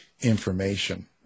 information